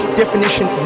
definition